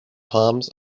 palms